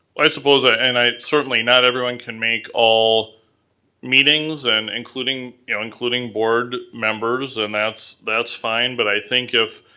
i suppose, ah and certainly not everyone can make all meetings, and including, you know, including board members, and that's that's fine. but, i think if,